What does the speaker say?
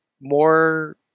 more